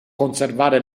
conservare